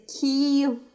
key